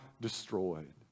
destroyed